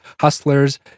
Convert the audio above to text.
hustlers